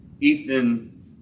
Ethan